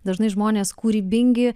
dažnai žmonės kūrybingi